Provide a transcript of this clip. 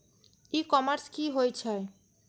ई commerce की होए छै?